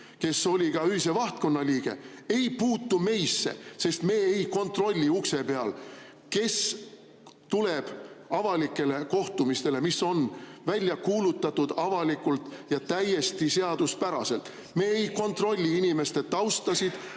kes oli Öise Vahtkonna liige, ei puutu meisse. Me ei kontrolli ukse peal, kes tuleb avalikule kohtumisele, mis on välja kuulutatud avalikult ja täiesti seaduspäraselt. Me ei kontrolli inimeste tausta,